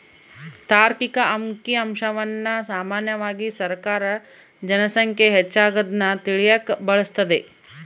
ತಾರ್ಕಿಕ ಅಂಕಿಅಂಶವನ್ನ ಸಾಮಾನ್ಯವಾಗಿ ಸರ್ಕಾರ ಜನ ಸಂಖ್ಯೆ ಹೆಚ್ಚಾಗದ್ನ ತಿಳಿಯಕ ಬಳಸ್ತದೆ